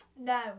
no